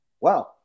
wow